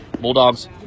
Bulldogs